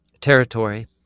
territory